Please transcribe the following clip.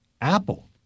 Apple